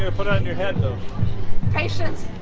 ah put on your head though patience